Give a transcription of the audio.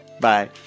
Bye